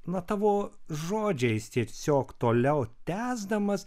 na tavo žodžiais tiesiog toliau tęsdamas